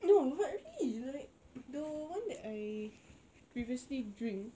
no but really like the one that I previously drink